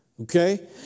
Okay